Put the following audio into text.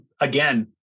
again